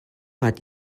hat